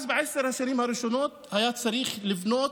אז, בעשר השנים הראשונות היה צריך לבנות